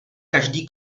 každý